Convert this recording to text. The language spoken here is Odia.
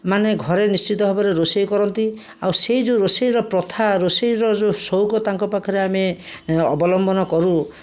ମାନେ ଘରେ ନିଶ୍ଚିତ ଭାବରେ ରୋଷେଇ କରନ୍ତି ଆଉ ସେହି ଯେଉଁ ରୋଷେଇର ପ୍ରଥା ରୋଷେଇର ଯେଉଁ ସଉକ ତାଙ୍କ ପାଖରେ ଆମେ ଅବଲମ୍ବନ କରୁ